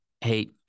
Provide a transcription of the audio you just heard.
hey